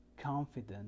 confident